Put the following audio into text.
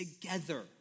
together